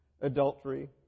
adultery